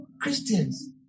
Christians